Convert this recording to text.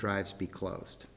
drives be closed